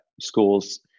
schools